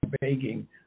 begging